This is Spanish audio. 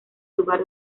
lugar